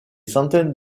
centaines